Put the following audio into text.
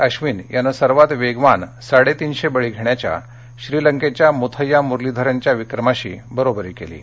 अब्बिन यांनं सर्वात वेगवान साडेतीनशे बळी घेण्याच्या श्रीलंकेच्या मुथय्या मुरलीधरनच्या विक्रमाशी बरोबरी केली आहे